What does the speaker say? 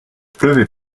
pleuvait